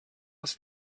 als